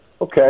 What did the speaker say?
Okay